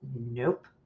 Nope